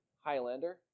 Highlander